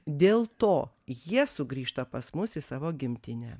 dėl to jie sugrįžta pas mus į savo gimtinę